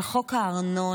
על חוק הארנונה,